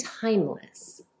timeless